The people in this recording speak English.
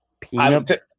peanut